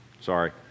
Sorry